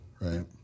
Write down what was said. Right